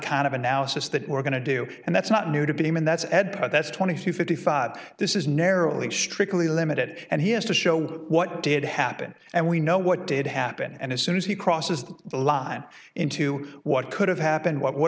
kind of analysis that we're going to do and that's not new to him and that's ed that's twenty two fifty five this is narrowly strictly limited and he has to show what did happen and we know what did happen and as soon as he crosses the line into what could have happened what would